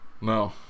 No